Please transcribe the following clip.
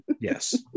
yes